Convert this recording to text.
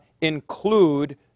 include